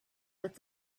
with